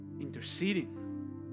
interceding